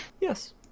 Yes